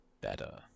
better